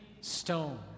stone